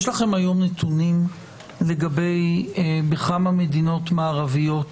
יש לכם היום נתונים בכמה מדינות מערביות